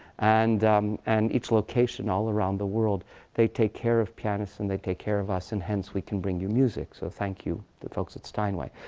and and it's location all around the world they take care of pianists. and they take care of us. and hence, we can bring you music. so thank you the folks at steinway.